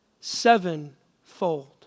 sevenfold